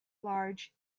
large